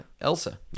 Elsa